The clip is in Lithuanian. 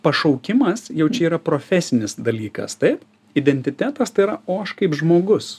pašaukimas jau čia yra profesinis dalykas taip identitetas tai yra o aš kaip žmogus